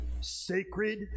sacred